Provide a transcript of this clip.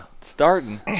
Starting